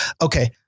Okay